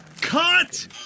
Cut